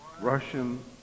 Russian